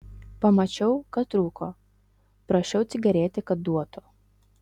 pamačiau kad rūko prašau cigaretę kad duotų